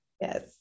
Yes